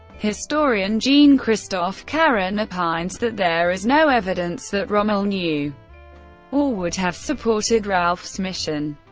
historian jean-christoph caron opines that there is no evidence that rommel knew or would have supported rauff's mission,